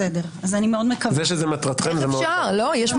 ראש ארגון פשיעה שריצה את